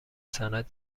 صنعت